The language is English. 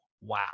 wow